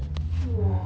!whoa!